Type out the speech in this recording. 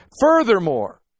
Furthermore